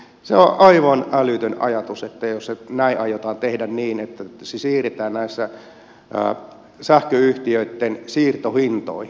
se on aivan älytön ajatus että jos se aiotaan tehdä niin että se siirretään sähköyhtiöitten siirtohintoihin